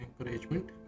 encouragement